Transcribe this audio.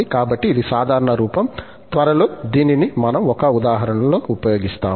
కాబట్టి ఇది సాధారణ రూపం త్వరలో దీనిని మనము ఒక ఉదాహరణలో ఉపయోగిస్తాము